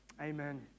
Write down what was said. amen